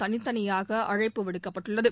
தனித்தனியாக அழைப்பு விடுக்கப்பட்டுள்ளது